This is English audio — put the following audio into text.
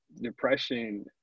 depression